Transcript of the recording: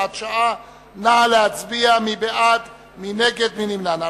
של חברת